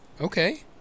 Okay